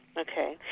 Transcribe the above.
Okay